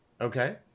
Okay